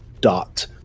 dot